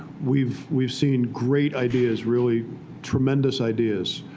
we've we've seen great ideas, really tremendous ideas,